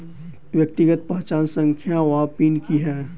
व्यक्तिगत पहचान संख्या वा पिन की है?